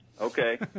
Okay